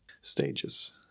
stages